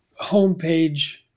homepage